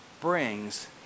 brings